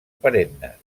perennes